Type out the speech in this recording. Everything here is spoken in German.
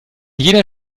jener